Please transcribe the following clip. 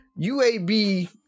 UAB